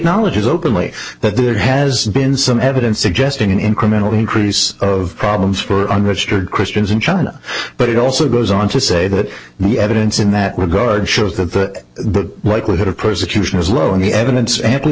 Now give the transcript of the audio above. knowledge is openly that there has been some evidence suggesting an incremental increase of problems for underaged christians in china but it also goes on to say that the evidence in that regard shows that the likelihood of persecution is low and the evidence a